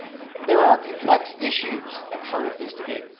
there are complex issues at the heart of this debate,